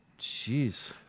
Jeez